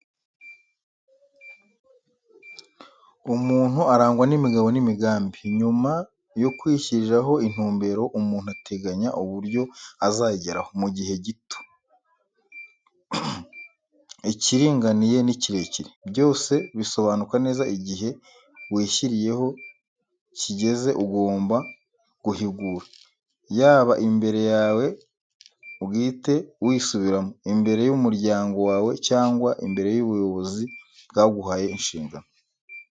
Umuntu arangwa n'imigabo n'imigambi; nyuma yo kwishyiriraho intumbero, umuntu ateganya uburyo azayigeraho, mu gihe gito, ikiringaniye n'ikirekire; byose bisobanuka neza igihe wishyiriyeho kigeze ugomba guhigura; yaba imbere yawe bwite wisubiramo, imbere y'umuryango wawe cyangwa imbere y'ubuyobozi bwaguhaye inshingano.